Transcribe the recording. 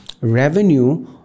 revenue